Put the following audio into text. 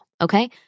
okay